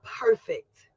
perfect